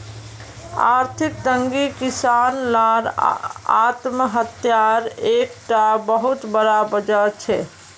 आर्थिक तंगी किसान लार आत्म्हात्यार एक टा बहुत बड़ा वजह छे